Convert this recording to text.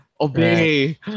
Obey